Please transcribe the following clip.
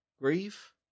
grief